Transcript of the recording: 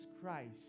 Christ